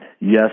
yes